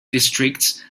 districts